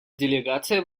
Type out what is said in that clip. делегация